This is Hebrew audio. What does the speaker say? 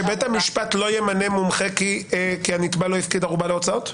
שבית המשפט לא ימנה מומחה כי הנתבע לא הפקיד ערובה להוצאות?